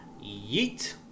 Yeet